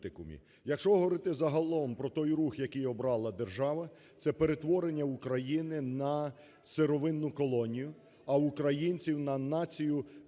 Якщо говорити загалом про той рух, який обрала держава – це перетворення України на сировинну колонію, а українців на націю для